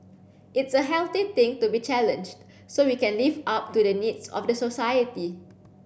it's a healthy thing to be challenged so we can live up to the needs of the society